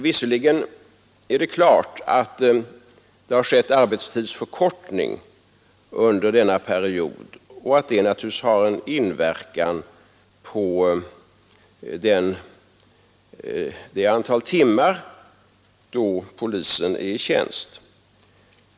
Visserligen är det klart att det har skett en arbetstidsförkortning under denna period, vilket naturligtvis har en inverkan på det antal timmar då poliserna är i tjänst.